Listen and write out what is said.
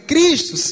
Cristo